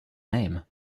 name